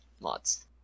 mods